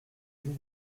vous